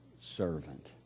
servant